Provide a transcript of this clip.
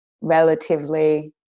relatively